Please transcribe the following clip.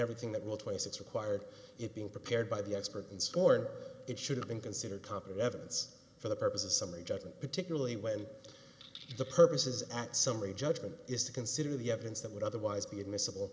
everything that will twenty six required it being prepared by the expert in scorn it should have been considered copyright evidence for the purpose of summary judgment particularly when the purposes act summary judgment is to consider the evidence that would otherwise be admissible